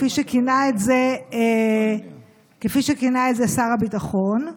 כפי שכינה את זה שר הביטחון.